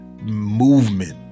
movement